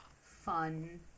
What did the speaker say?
fun